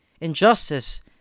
injustice